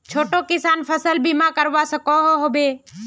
छोटो किसान फसल बीमा करवा सकोहो होबे?